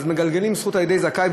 אז מגלגלים זכות על ידי זכאי,